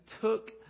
took